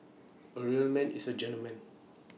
A real man is A gentleman